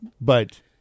But-